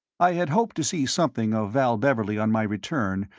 i had hoped to see something of val beverley on my return,